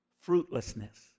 Fruitlessness